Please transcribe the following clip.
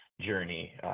journey